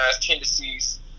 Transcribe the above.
tendencies